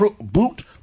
boot